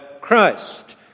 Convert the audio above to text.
Christ